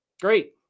great